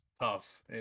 tough